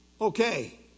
Okay